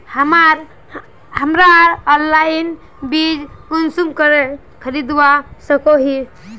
हमरा ऑनलाइन बीज कुंसम करे खरीदवा सको ही?